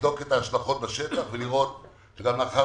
לבדוק את ההשלכות בשטח ולראות גם לאחר